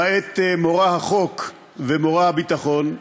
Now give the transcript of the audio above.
למעט מורא החוק ומורא הביטחון,